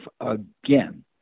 again